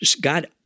God